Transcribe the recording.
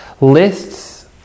lists